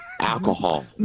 alcohol